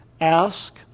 ask